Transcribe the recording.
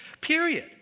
Period